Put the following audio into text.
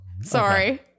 Sorry